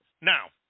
Now